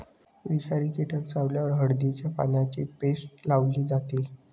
विषारी कीटक चावल्यावर हळदीच्या पानांची पेस्ट लावली जाते